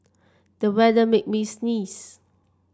the weather made me sneeze